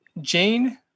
Jane